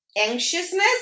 anxiousness